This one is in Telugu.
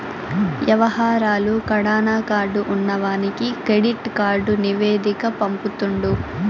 యవహారాలు కడాన కార్డు ఉన్నవానికి కెడిట్ కార్డు నివేదిక పంపుతుండు